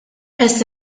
qed